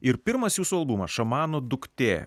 ir pirmas jūsų albumas šamanų duktė